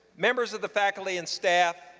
members of the faculty and staff,